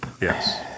Yes